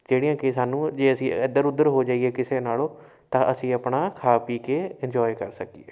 ਜਿਹੜੀਆਂ ਕਿ ਸਾਨੂੰ ਜੇ ਅਸੀਂ ਇੱਧਰ ਉੱਧਰ ਹੋ ਜਾਈਏ ਕਿਸੇ ਨਾਲੋਂ ਤਾਂ ਅਸੀਂ ਆਪਣਾ ਖਾ ਪੀ ਕੇ ਇੰਜੋਏ ਕਰ ਸਕੀਏ